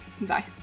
Bye